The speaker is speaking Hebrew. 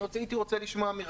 אבל אני הייתי רוצה לשמוע.